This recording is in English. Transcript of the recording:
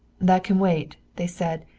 that can wait, they said,